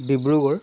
Dibrugarh